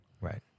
Right